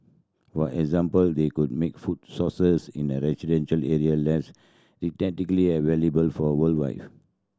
for example they could make food sources in residential areas less available for a wildlife